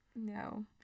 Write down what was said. No